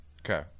Okay